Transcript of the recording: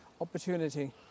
opportunity